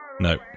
No